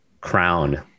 crown